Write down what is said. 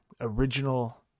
original